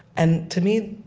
and to me,